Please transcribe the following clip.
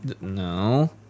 No